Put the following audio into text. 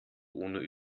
ohne